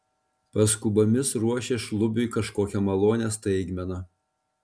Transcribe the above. paskubomis ruošė šlubiui kažkokią malonią staigmeną